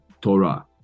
Torah